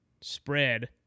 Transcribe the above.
spread